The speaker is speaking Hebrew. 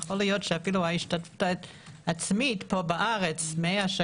אולי אפילו השתתפות עצמית פה בארץ של 100,